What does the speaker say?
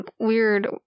weird